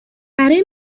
برای